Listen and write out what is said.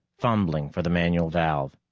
fumbling for the manual valve.